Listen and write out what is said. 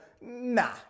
nah